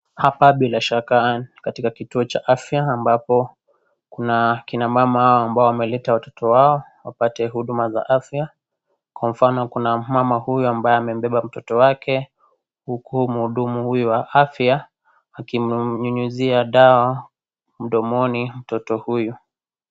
Hapa bila shaka ni katika kituo cha afya, ambapo kuna kina mama ambao wameleta watoto wao wapate huduma za afya. Kwa mfano, kuna mama huyu ambaye amembeba mtoto wake, huku mhudumu huyu wa afya akimyunyizia dawa mdomoni mtoto huyo.